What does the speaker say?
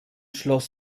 schloss